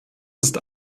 ist